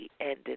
ended